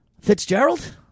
Fitzgerald